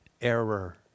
error